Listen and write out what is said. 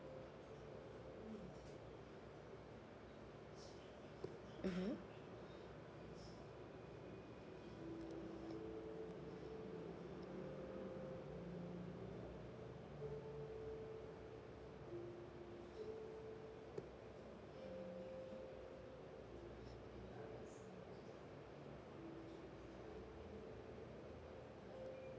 (uh huh)